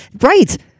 Right